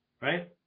right